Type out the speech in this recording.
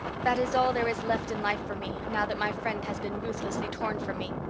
that is all there is left in life for me, now that my friend has been ruthlessly torn from me.